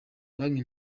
banki